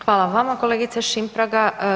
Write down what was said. Hvala vama kolegice Šimpraga.